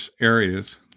areas